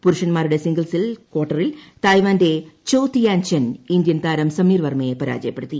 പുരുഷൻമാരുടെ singles ക്വാർട്ടറിൽ തായ്വാന്റെ Chou Tien Chen Indian താരം സമീർ വർമ്മയെ പരാജയപ്പെടുത്തി